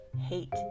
hate